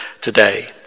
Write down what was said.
today